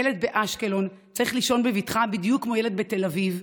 ילד באשקלון צריך לישון בבטחה בדיוק כמו ילד בתל אביב,